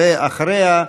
ואחריה,